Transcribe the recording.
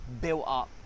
built-up